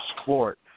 sport